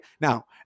now